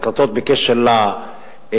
החלטות בקשר לפליטים,